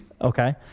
Okay